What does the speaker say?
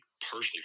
personally